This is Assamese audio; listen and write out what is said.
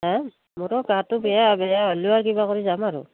হা মোৰো গাটো বেয়া বেয়া হ'লেও আৰ কিবা কৰি যাম আৰু